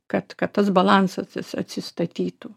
kad kad tas balansas atsi atsistatytų